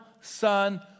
Son